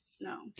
No